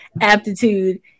aptitude